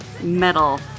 metal